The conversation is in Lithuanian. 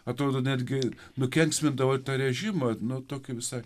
atrodo netgi nukenksmindavo režimą nuo tokio visa